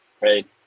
right